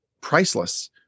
priceless